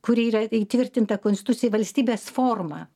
kuri yra įtvirtinta konstitucijoj valstybės formą